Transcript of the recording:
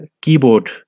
keyboard